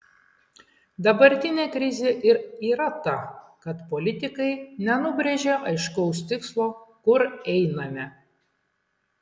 dabartinė krizė ir yra ta kad politikai nenubrėžia aiškaus tikslo kur einame